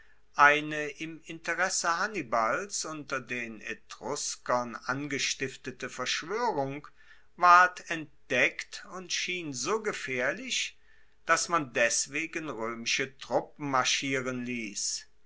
eine im interesse hannibals unter den etruskern angestiftete verschwoerung ward entdeckt und schien so gefaehrlich dass man deswegen roemische truppen marschieren liess